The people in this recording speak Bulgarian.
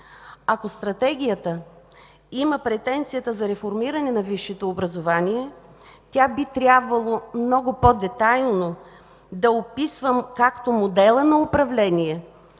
Ако Стратегията има претенцията за реформиране на висшето образование, тя би трябвало много по-детайлно да описва както модела на управление,